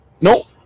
no